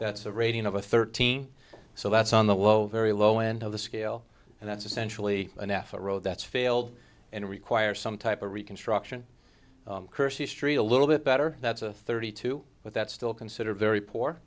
that's a rating of a thirteen so that's on the low very low end of the scale and that's essentially an f a road that's failed and require some type of reconstruction kearse history a little bit better that's a thirty two but that's still considered very poor